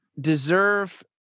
deserve